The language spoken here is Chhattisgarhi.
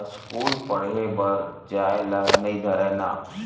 अस्कूल पड़हे बर जाय ल नई धरय ना